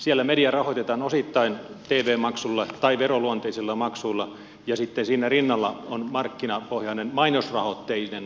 siellä media rahoitetaan osittain tv maksulla tai veroluonteisilla maksuilla ja sitten siinä rinnalla on markkinapohjainen mainosrahoitteinen väline